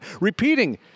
repeating